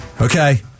Okay